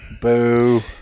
Boo